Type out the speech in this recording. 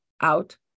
out